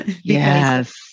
Yes